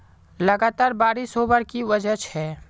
लगातार बारिश होबार की वजह छे?